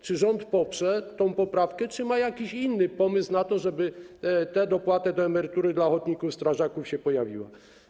Czy rząd poprze tę poprawkę, czy ma jakiś inny pomysł na to, żeby ta dopłata do emerytury dla ochotników strażaków się pojawiła?